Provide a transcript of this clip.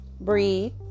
Breathe